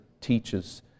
teaches